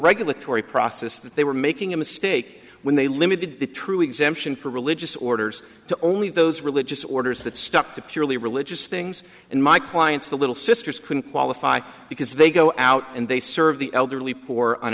regulatory process that they were making a mistake when they limited the true exemption for religious orders to only those religious orders that stuck to purely religious things and my clients the little sisters couldn't qualify because they go out and they serve the elderly poor on